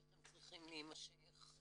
איך הם צריכים להמשך,